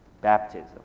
Baptism